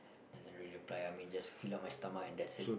doesn't really apply I mean just fill up my stomach and that's it